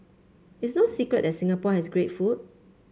it's no secret that Singapore has great food